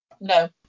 No